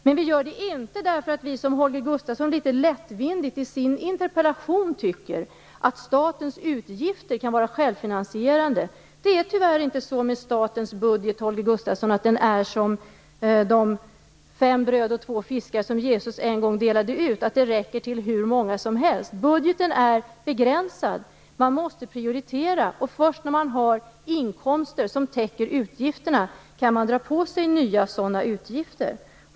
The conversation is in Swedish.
Men vi gör det inte därför att vi, som Holger Gustafsson i sin interpellation litet lättvindigt tycker, menar att statens utgifter kan vara självfinansierande. Med statens budget är det faktiskt inte så, Holger Gustafsson, som med de fem bröd och två fiskar som Jesus en gång delade ut, att den räcker till hur många som helst. Budgeten är begränsad. Man måste prioritera, och först när man har inkomster som täcker utgifterna kan man dra på sig nya utgifter.